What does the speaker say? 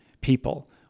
people